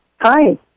Hi